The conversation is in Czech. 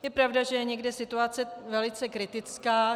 Je pravda, že je někde situace velice kritická.